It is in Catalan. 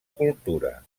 cultura